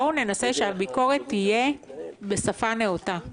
בואו ננסה שהביקורת תהיה בשפה נאותה.